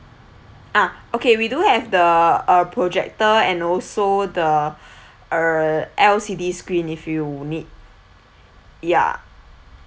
ah okay we do have the uh projector and also the uh L_C_D screen if you would need ya